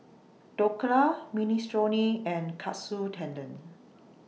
Dhokla Minestrone and Katsu Tendon